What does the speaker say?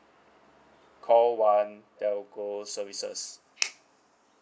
call one telco services